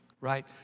right